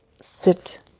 sit